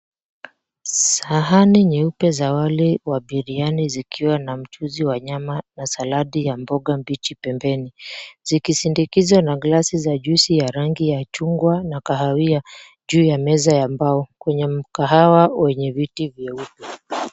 Sahani nyeupe za wali wa biriyani zikiwa na mchuuzi wa nyama na saladi ya mboga mbichi pembeni zikisindikizwa na glassi za juicy ya rangi ya chungwa na kahawia juu ya meza ya mbao kwenye mkahawa wenye viti vyeupe.